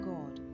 God